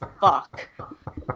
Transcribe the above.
fuck